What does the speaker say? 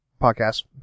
podcast